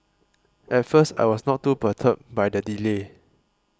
at first I was not too perturbed by the delay